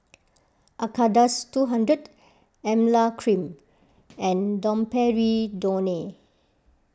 Acardust two hundred Emla Cream and Domperidone